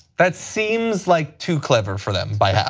that seems like too clever for them by half.